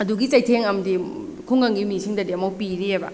ꯑꯗꯨꯒꯤ ꯆꯩꯊꯦꯡ ꯑꯃꯗꯤ ꯈꯨꯡꯒꯪꯒꯤ ꯃꯤꯁꯤꯡꯗꯗꯤ ꯑꯃꯨꯛ ꯄꯤꯔꯤꯌꯦꯕ